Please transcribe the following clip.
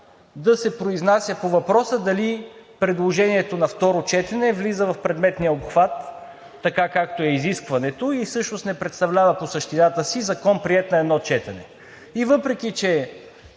да се произнася по въпроса дали предложението на второ четене влиза в предметния обхват, така както е изискването и всъщност не представлява по същината си закон, приет на едно четене. И въпреки че